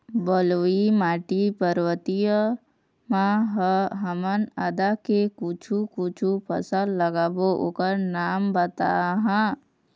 बलुई माटी पर्वतीय म ह हमन आदा के कुछू कछु फसल लगाबो ओकर नाम बताहा?